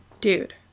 Dude